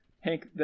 Hank